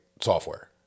software